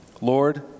Lord